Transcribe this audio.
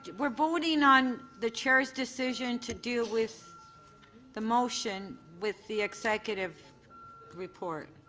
yeah we're votng on the chair's decision to deal with the motion with the executive report.